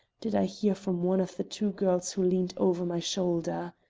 did i hear from one of the two girls who leaned over my shoulder.